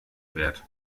wert